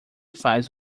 faz